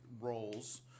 roles